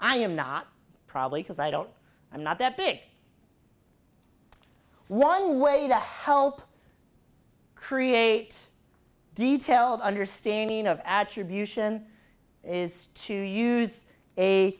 i am not probably because i don't i'm not that big one way to help create a detailed understanding of attribution is to use a